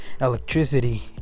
electricity